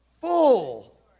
full